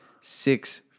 six